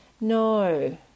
No